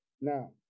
Now